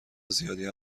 زیادی